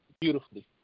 beautifully